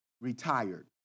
retired